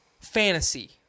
fantasy